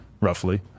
roughly